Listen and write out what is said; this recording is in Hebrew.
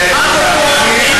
א, וב.